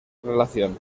relación